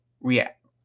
react